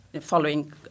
following